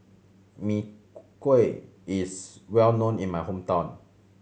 Mee Kuah is well known in my hometown